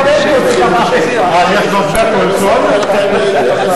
יש משבר קואליציוני?